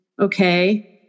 okay